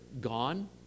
gone